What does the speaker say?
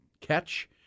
Catch